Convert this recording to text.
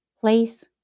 Place